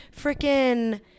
freaking